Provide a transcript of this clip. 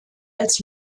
als